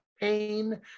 pain